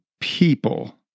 people